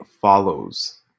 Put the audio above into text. Follows